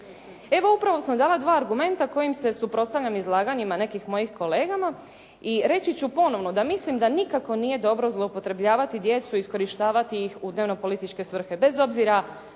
Evo, upravo sam dala dva argumenta kojim se suprotstavljam izlaganjima nekih mojih kolega i reći ću ponovno, da mislim da nikako nije dobro zloupotrebljavati djecu i iskorištavati ih u dnevno političke svrhe, bez obzira